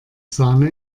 sahne